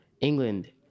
England